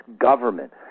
government